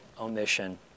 Omission